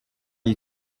you